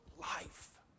life